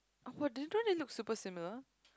but didn't it look super similar